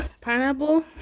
Pineapple